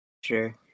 Sure